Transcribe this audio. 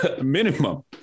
minimum